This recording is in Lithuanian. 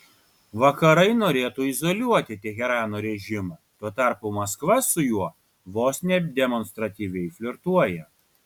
vakarai norėtų izoliuoti teherano režimą tuo tarpu maskva su juo vos ne demonstratyviai flirtuoja